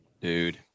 Dude